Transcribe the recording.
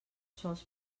sols